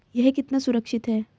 यह कितना सुरक्षित है?